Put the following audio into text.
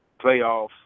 playoffs